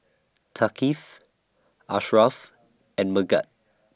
Thaqif Ashraff and Megat